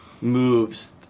moves